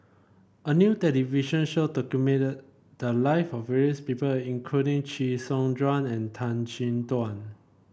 a new television show documented the live of various people including Chee Soon Juan and Tan Chin Tuan